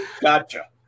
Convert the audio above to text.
Gotcha